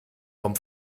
vom